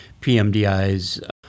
PMDIs